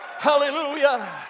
Hallelujah